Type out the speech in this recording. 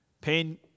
Pain